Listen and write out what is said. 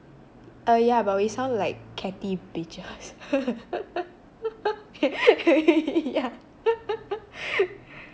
uh yah but we sound like catty bitches yah